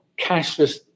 cashless